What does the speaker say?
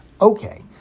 Okay